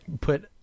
put